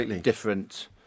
different